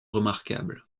remarquable